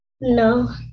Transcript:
No